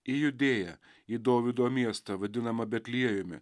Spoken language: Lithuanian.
į judėją į dovydo miestą vadinamą betliejumi